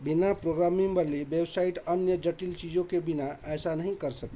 बिना प्रोग्रामिन्ग वाली वेबसाइट अन्य जटिल चीज़ों के बिना ऐसा नहीं कर सकती